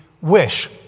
wish